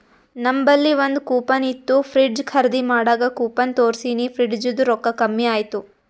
ನಂಬಲ್ಲಿ ಒಂದ್ ಕೂಪನ್ ಇತ್ತು ಫ್ರಿಡ್ಜ್ ಖರ್ದಿ ಮಾಡಾಗ್ ಕೂಪನ್ ತೋರ್ಸಿನಿ ಫ್ರಿಡ್ಜದು ರೊಕ್ಕಾ ಕಮ್ಮಿ ಆಯ್ತು